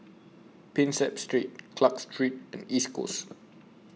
Prinsep Street Clarke Street and East Coast